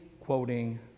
quoting